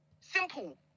Simple